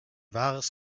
wahres